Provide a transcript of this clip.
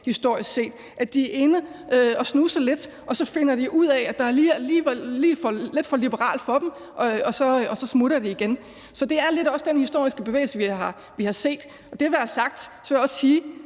historisk set. De er inde at snuse lidt, og så finder de ud af, at der alligevel er lidt for liberalt for dem, og så smutter de igen. Så det er lidt også den historiske bevægelse, vi har set. Og det være sagt, vil jeg også sige,